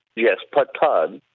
yes, per tonne.